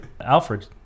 Alfred